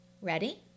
Ready